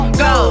go